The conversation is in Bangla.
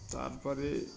তার পরে